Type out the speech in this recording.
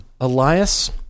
Elias